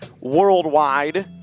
worldwide